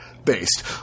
based